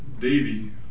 Davy